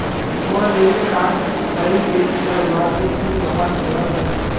मोर debit card हरइ गेल छ वा से ति वहाक ब्लॉक करे दे